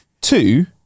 Two